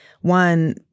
One